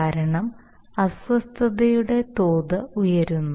കാരണം അസ്വസ്ഥതയുടെ തോത് ഉയർന്നു